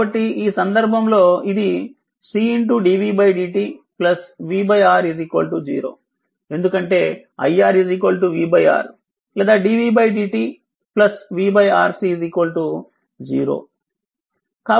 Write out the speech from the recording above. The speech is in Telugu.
కాబట్టి ఈ సందర్భంలో ఇది C dv dt v R 0 ఎందుకంటే iR v R లేదా dv dt v R C 0